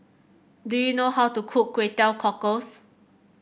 do you know how to cook Kway Teow Cockles